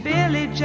Billy